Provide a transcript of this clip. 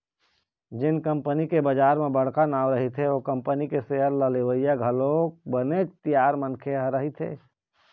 जेन कंपनी के बजार म बड़का नांव रहिथे ओ कंपनी के सेयर ल लेवइया घलोक बनेच तियार मनखे मन ह रहिथे